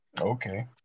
Okay